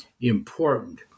important